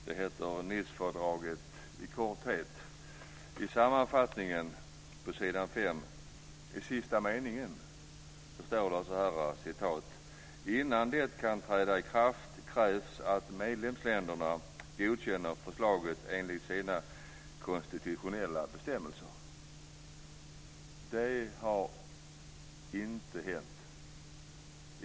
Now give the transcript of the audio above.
Den heter står det så här: Innan det kan träda i kraft krävs att medlemsländerna godkänner förslaget enligt sina konstitutionella bestämmelser. Det har inte skett.